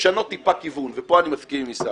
לשנות טיפה כיוון, ופה אני מסכים עם עיסאווי.